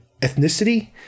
ethnicity